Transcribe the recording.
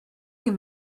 you